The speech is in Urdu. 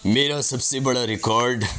میرا سب سے بڑا ریکارڈ